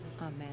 Amen